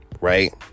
Right